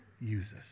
uses